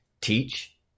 Teach